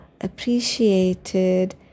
appreciated